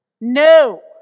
No